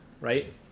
Right